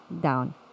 down